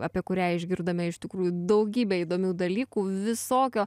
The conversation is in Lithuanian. apie kurią išgirdome iš tikrųjų daugybę įdomių dalykų visokio